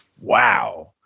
Wow